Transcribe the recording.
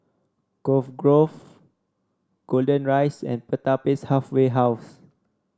Cove Grove Golden Rise and Pertapis Halfway House